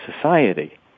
society